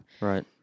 Right